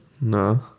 No